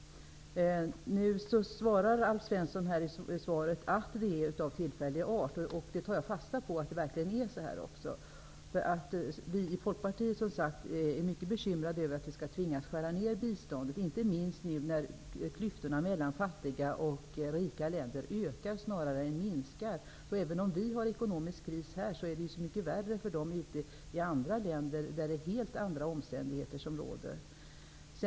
Nu säger Alf Svensson i sitt svar att neddragningen är av tillfällig art. Jag tar fasta på att det verkligen är så. Vi i Folkpartiet är, som sagt, mycket bekymrade över att man tvingas skära ned biståndet, inte minst nu när klyftorna mellan fattiga och rika länder ökar snarare än minskar. Även om vi har ekonomisk kris här, är det mycket värre i andra länder, med helt andra omständigheter.